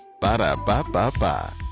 Ba-da-ba-ba-ba